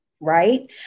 right